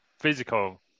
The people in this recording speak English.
physical